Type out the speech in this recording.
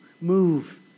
move